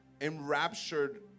enraptured